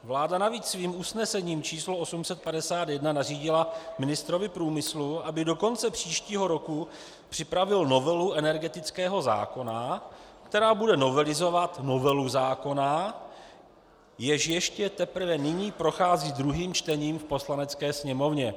Vláda navíc svým usnesením číslo 851 nařídila ministrovi průmyslu, aby do konce příštího roku připravil novelu energetického zákona, která bude novelizovat novelu zákona, jež ještě teprve nyní prochází druhým čtením v Poslanecké sněmovně.